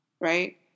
Right